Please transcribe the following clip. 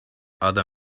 other